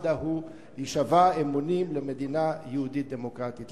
דהוא יישבע אמונים למדינה יהודית דמוקרטית.